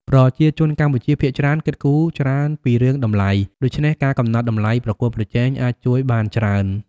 ប្រជាជនកម្ពុជាភាគច្រើនគិតគូរច្រើនពីរឿងតម្លៃ ដូច្នេះការកំណត់តម្លៃប្រកួតប្រជែងអាចជួយបានច្រើន។